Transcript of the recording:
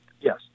Yes